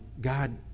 God